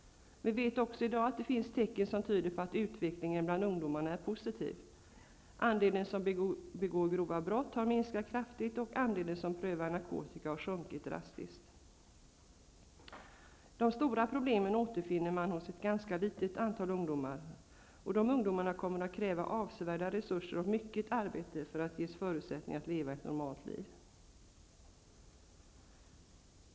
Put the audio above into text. Vi vet att det i dag finns tecken som tyder på att utvecklingen bland ungdomarna är positiv. Andelen ungdomar som begår brott har minskat kraftigt, och andelen som prövar narkotika har sjunkit drastiskt. De stora problemen återfinns hos ett ganska litet antal ungdomar. Det kommer att kräva avsevärda resurser och mycket arbete för att ge dessa ungdomar förutsättningar till ett normalt liv.